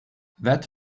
that